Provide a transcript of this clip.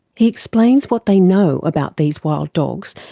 he explains what they know about these wild dogs,